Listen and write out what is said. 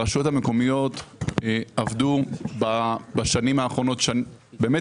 הרשויות המקומיות עבדו בשנים האחרונות באמת